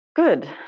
Good